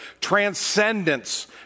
transcendence